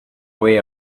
aware